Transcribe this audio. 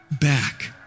back